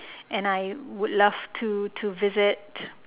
and I would love to to visit